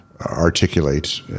articulate